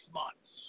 months